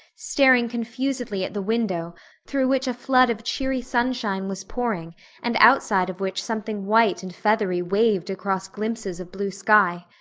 staring confusedly at the window through which a flood of cheery sunshine was pouring and outside of which something white and feathery waved across glimpses of blue sky.